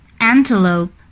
Antelope